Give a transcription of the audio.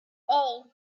all